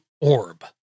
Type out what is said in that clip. orb